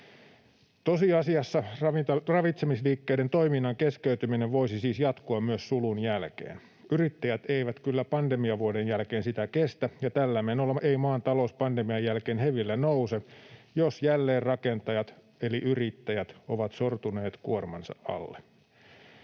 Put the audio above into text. Tosiasiassa ravitsemisliikkeiden toiminnan keskeytyminen voisi siis jatkua myös sulun jälkeen. Yrittäjät eivät kyllä pandemiavuoden jälkeen sitä kestä, ja tällä menolla ei maan talous pandemian jälkeen hevillä nouse, jos jälleenrakentajat eli yrittäjät ovat sortuneet kuormansa alle.